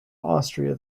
austria